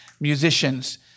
musicians